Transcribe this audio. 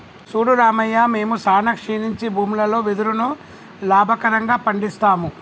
సూడు రామయ్య మేము సానా క్షీణించి భూములలో వెదురును లాభకరంగా పండిస్తాము